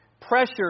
Pressure